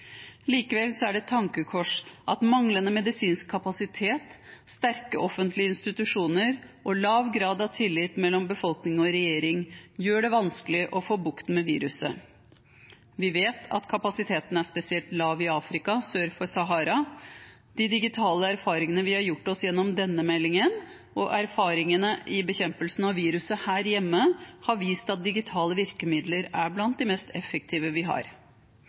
Likevel er det et tankekors at manglende medisinsk kapasitet, svake offentlige institusjoner og lav grad av tillit mellom befolkning og regjering gjør det vanskelig å få bukt med viruset. Vi vet at kapasiteten er spesielt lav i Afrika sør for Sahara. De digitale erfaringene vi har gjort oss gjennom denne meldingen, og erfaringene i bekjempelsen av viruset her hjemme, har vist at digitale virkemidler er blant de mest effektive vi har.